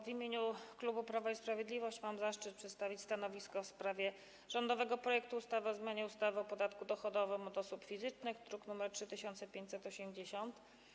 W imieniu klubu Prawo i Sprawiedliwość mam zaszczyt przedstawić stanowisko w sprawie rządowego projektu ustawy o zmianie ustawy o podatku dochodowym od osób fizycznych, druk nr 3580.